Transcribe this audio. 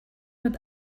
mit